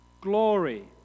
glory